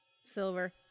Silver